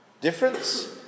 Difference